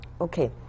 Okay